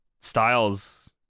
Styles